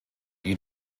you